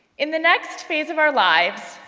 in the next phase of our lives,